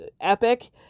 epic